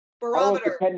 Barometer